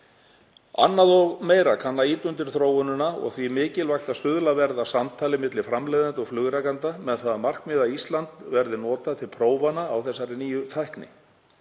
Annað og meira kann að ýta undir þróunina og því mikilvægt að stuðlað verði að samtali á milli framleiðenda og flugrekenda með það að markmiði að Ísland verði notað til prófana á þessari nýju tækni.